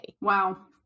Wow